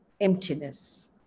emptiness